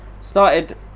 Started